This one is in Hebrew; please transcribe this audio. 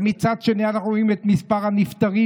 ומצד שני אנחנו רואים את מספר הנפטרים,